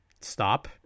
stop